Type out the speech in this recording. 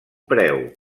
preu